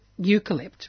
eucalypt